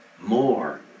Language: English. more